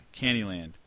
Candyland